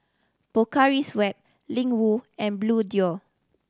Pocari Sweat Ling Wu and Bluedio